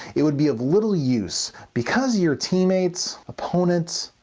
it would be of little use, because your teammates, opponents,